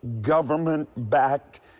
government-backed